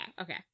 okay